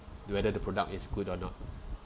whether the product is good or not